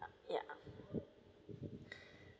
ya